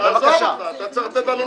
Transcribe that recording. אני אאפשר לך.